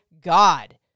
God